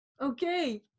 Okay